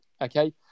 Okay